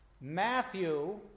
Matthew